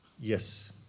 yes